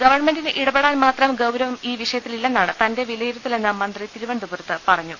ഗ്വൺമെന്റിന് ഇട പെടാൻ മാത്രം ഗൌരവം ഈ വിഷയത്തിലില്ലെന്നാണ് തന്റെ വില യിരുത്തലെന്ന് മന്ത്രി തിരുവനന്തപുരത്ത് പറഞ്ഞു